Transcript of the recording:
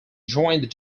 joined